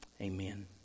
Amen